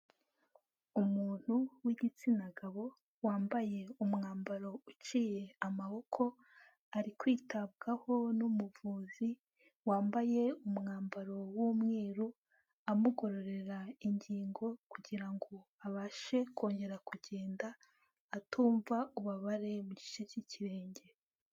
Umuntu w'igitsina gabo, wambaye umwambaro uciye amaboko, ari kwitabwaho n'umuvuzi wambaye umwambaro w'umweru, amugororera ingingo, kugira ngo abashe kongera kugenda, atumva ububabare, mu gice cy'ikirenge.